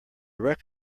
wreck